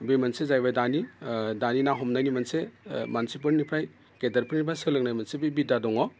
बे मोनसे जाहैबाय दानि दानि ना हमनायनि मोनसे मानसिफोरनिफ्राय गेदेरफोरनिफ्राय सोलोंनाय मोनसे बे बिद्दा दङ